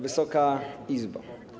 Wysoka Izbo!